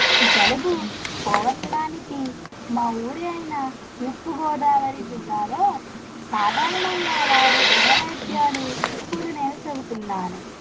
జలుబు పోగొట్టడానికి మా ఊరు అయినా తూర్పుగోదావరి జిల్లాలో సాధారణంగా వాడే గృహవైద్యాలు ఇప్పుడు నేను చెబుతున్నాను